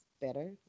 better